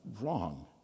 wrong